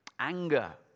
Anger